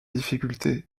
difficulté